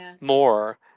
more